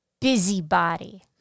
Busybody